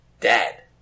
Dad